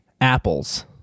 apples